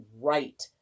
right